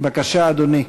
בבקשה, אדוני.